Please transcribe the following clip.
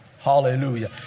Hallelujah